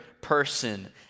person